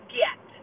get